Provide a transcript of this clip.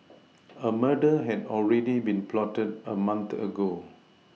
a murder had already been plotted a month ago